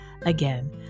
Again